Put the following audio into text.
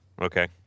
Okay